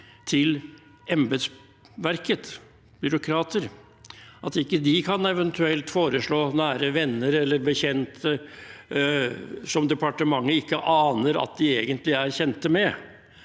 byråkrater, at ikke de eventuelt kan foreslå nære venner eller bekjente som departementet ikke aner at de egentlig er kjente med.